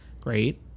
great